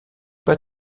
pas